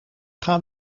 gaan